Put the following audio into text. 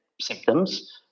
symptoms